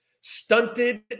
stunted